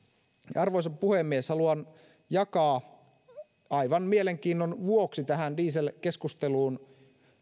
arvoisa puhemies haluan jakaa aivan mielenkiinnon vuoksi tähän dieselkeskusteluun